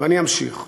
ואני אמשיך.